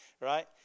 right